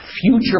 future